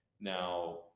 Now